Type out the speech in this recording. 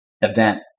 event